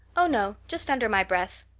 oh, no, just under my breath.